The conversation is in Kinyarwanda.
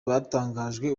batangajwe